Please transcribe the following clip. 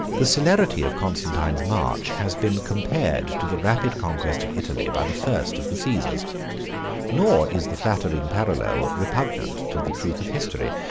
the celerity of constantine's march has been compared to the rapid conquest of italy by the first of the caesars nor is the flattering parallel repugnant to the truth of history,